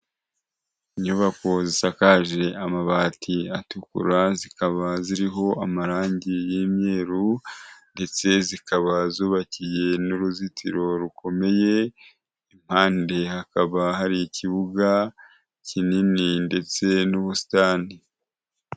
Inyubako zisakaje amabati atukura, zikaba ziriho amarangi y'imyeru, ndetse zikaba zubaki n'uruzitiro rukomeye, impande hakaba hari ikibuga kinini ndetse n'ubusitani.